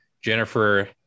Jennifer